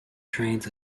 trains